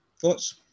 thoughts